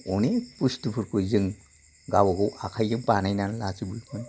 अनेक बुस्थुफोरखौ जों गावबा गाव आखायजों बानायना लाजोबोमोन